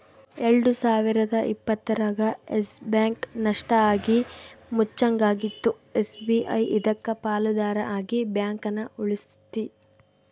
ಎಲ್ಡು ಸಾವಿರದ ಇಪ್ಪತ್ತರಾಗ ಯಸ್ ಬ್ಯಾಂಕ್ ನಷ್ಟ ಆಗಿ ಮುಚ್ಚಂಗಾಗಿತ್ತು ಎಸ್.ಬಿ.ಐ ಇದಕ್ಕ ಪಾಲುದಾರ ಆಗಿ ಬ್ಯಾಂಕನ ಉಳಿಸ್ತಿ